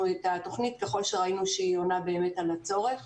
את התכנית ככל שראינו שהיא באמת עונה על הצורך.